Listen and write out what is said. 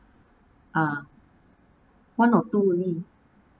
ah one or two only